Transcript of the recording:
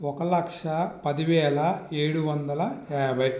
ఒక లక్షా పది వేల ఏడు వందల యాభై